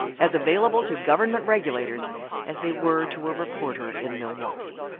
as available to government regulators as they were to a reporter in milwaukee.